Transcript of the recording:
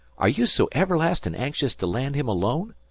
are you so everlastin' anxious to land him alone?